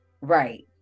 Right